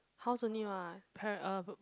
house only [what] para~ uh